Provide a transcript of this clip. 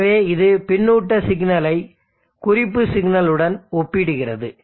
எனவே இது பின்னூட்ட சிக்னலை குறிப்பு சிக்னல் உடன் ஒப்பிடுகிறது